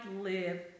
live